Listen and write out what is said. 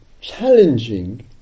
challenging